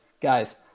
Guys